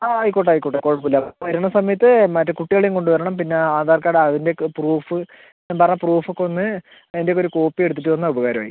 ആ ആയിക്കോട്ടെ ആയിക്കോട്ടെ കുഴപ്പമില്ല വരുന്ന സമയത്ത് മറ്റേ കുട്ടികളെയും കൊണ്ട് വരണം പിന്നെ ആധാർ കാർഡ് അതിൻ്റെ ഒക്കെ പ്രൂഫ് എന്താ പറഞ്ഞാൽ ആ പ്രൂഫ് ഒക്കെ ഒന്ന് അതിൻ്റെ ഒക്കെ ഒരു കോപ്പി എടുത്തിട്ട് വന്നാൽ ഉപകാരമായി